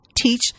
teach